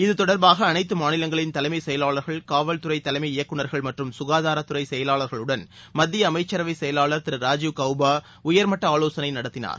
இத்தொடர்பாக அனைத்து மாநிலங்களின் தலைமைச் செயலாளர்கள் காவல்துறை தலைமை இயக்குநர்கள் மற்றும் ககாதாரத்துறை செயலாளர்களுடன் மத்திய அமைச்சரவை செயலாளர் திரு ராஜீவ் கவ்பா உயர்மட்ட ஆலோசனை நடத்தினார்